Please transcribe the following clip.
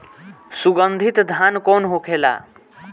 सुगन्धित धान कौन होखेला?